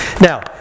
Now